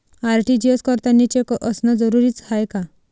RTGS करतांनी cheque असनं जरुरीच हाय का?